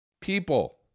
people